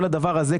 כל הדבר הזה,